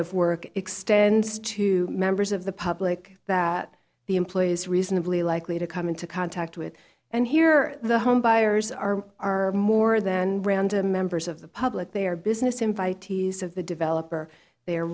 of work extends to members of the public that the employee is reasonably likely to come into contact with and here the home buyers are are more than random members of the public they are business invitees of the developer the